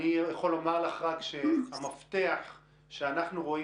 אני יכול לומר לך שהמפתח שאנחנו רואים